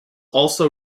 also